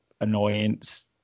annoyance